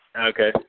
Okay